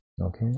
Okay